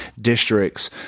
districts